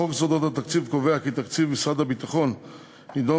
חוק יסודות התקציב קובע כי תקציב משרד הביטחון יידון